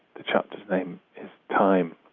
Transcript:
the chapter's name is time.